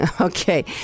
Okay